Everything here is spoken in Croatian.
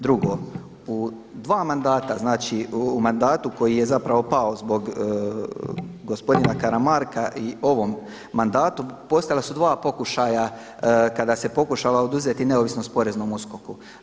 Drugo, u dva mandata znači u mandatu koji je zapravo pao zbog gospodina Karamarka i ovom mandatu postojala su dva pokušaja kada se pokušala oduzeti neovisnost Poreznom USKOK-u.